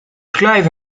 clive